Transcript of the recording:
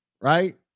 right